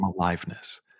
aliveness